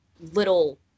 little